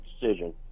decision